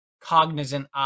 cognizant